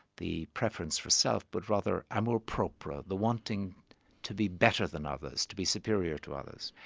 the preference for self, but rather amour-propre, the wanting to be better than others, to be superior to others'.